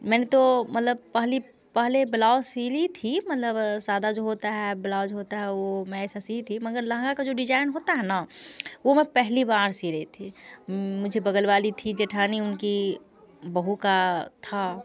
मैंने तो मलब पहली पहले ब्लाउज़ सी ली थी मलब सादा जो होता है ब्लाउज होता है वो मैं ऐसा सी थी मगर लहंगा का जो डिजाईन होता है ना वो मैं पहली बार सी रही थी मुझे बगल वाली थी जेठानी उनकी बहू का था